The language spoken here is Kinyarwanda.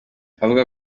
ninayo